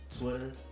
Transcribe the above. Twitter